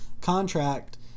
contract